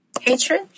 Hatred